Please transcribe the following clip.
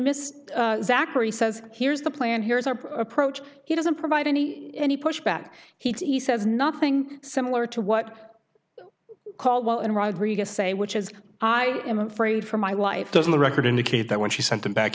says here's the plan here's our approach he doesn't provide any any pushback he says nothing similar to what caldwell and rodriguez say which is i am afraid for my wife doesn't the record indicate that when she sent him back